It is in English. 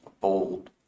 bold